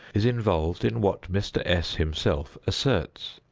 is involved in what mr. s. himself asserts.